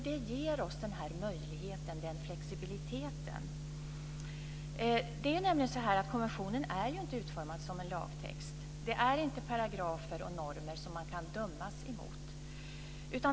Det ger oss den här möjligheten, den här flexibiliteten. Det är nämligen så att konventionen inte är utformad som en lagtext. Det är inte paragrafer och normer som man kan dömas emot.